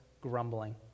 grumbling